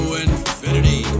infinity